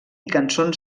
cançons